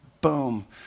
Boom